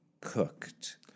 cooked